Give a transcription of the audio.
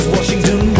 Washington